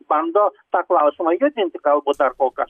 bando tą klausimą judinti galbūt dar kol kas